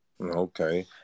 Okay